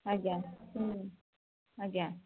ଆଜ୍ଞା ହଁ ଆଜ୍ଞା